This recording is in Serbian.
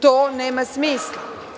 To nema smisla.